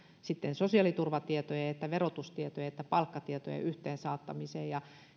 sosiaaliturvatietojen että verotustietojen että palkkatietojen yhteensaattamiseen ja